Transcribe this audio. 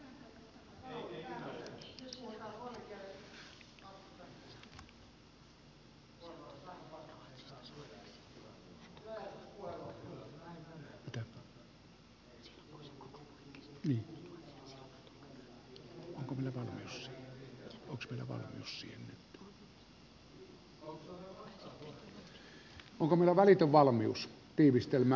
onko meillä välitön valmius tiivistelmään